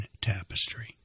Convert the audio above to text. tapestry